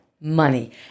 money